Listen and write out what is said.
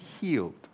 healed